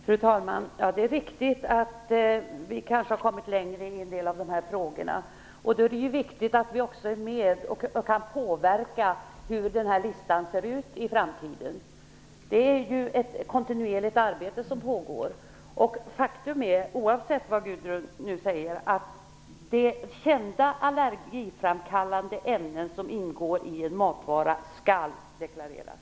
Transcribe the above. Fru talman! Det är riktigt att vi kanske har kommit längre i en del av de här frågorna. Då är det viktigt att vi är med och kan påverka hur den här listan kommer att se ut i framtiden. Det är ett kontinuerligt arbete som pågår. Faktum är, oavsett vad Gudrun Lindvall säger, att de kända allergiframkallande ämnen som ingår i en matvara skall deklareras.